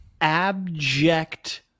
Abject